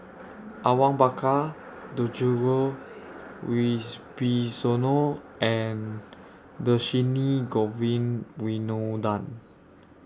Awang Bakar Djoko Wibisono and Dhershini Govin Winodan